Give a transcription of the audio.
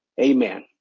amen